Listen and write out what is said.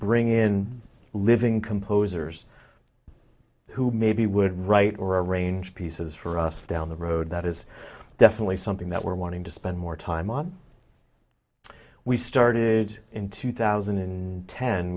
bring in living composers who maybe would write or a range pieces for us down the road that is definitely something that we're wanting to spend more time on we started in two thousand and ten